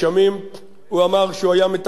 הוא אמר שהוא היה מתקן זאת עכשיו,